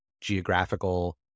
geographical